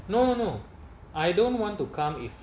no no I don't want to come if